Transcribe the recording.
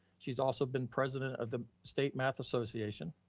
she's also been president of the state math association.